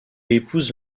épouse